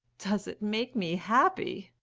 does it make me happy!